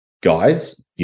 guys